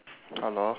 hello